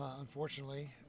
unfortunately